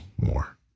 more